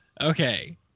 Okay